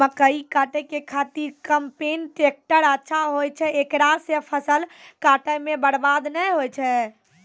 मकई काटै के खातिर कम्पेन टेकटर अच्छा होय छै ऐकरा से फसल काटै मे बरवाद नैय होय छै?